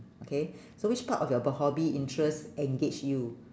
okay so which part of your b~ hobby interest engage you